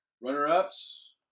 Runner-ups